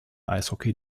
eishockey